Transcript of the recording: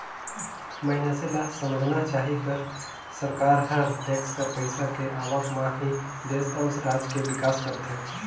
मइनसे ल समझना चाही कर सरकार हर टेक्स कर पइसा के आवक म ही देस अउ राज के बिकास करथे